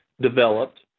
developed